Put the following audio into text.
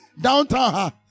Downtown